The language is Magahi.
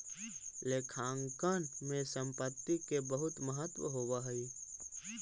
लेखांकन में संपत्ति के बहुत महत्व होवऽ हइ